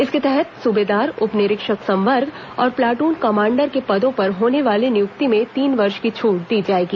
इसके तहत सुबेदार उपनिरीक्षक संवर्ग और प्लाट्न कमाण्डर के पदों पर होने वाले नियुक्ति में तीन वर्ष की छूट दी जाएगी